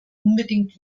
unbedingt